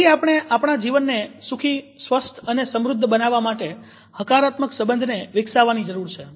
તેથી આપણે આપણા જીવનને સુખી સ્વસ્થ અને સમૃદ્ધ બનાવવા માટે હકારાત્મક સબંધને વિકસાવવાની જરૂર છે